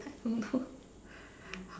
i don't know